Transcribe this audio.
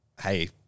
hey